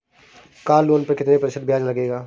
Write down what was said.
Car loan पर कितने प्रतिशत ब्याज लगेगा?